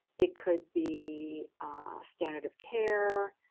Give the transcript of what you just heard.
it could be standard of care.